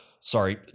Sorry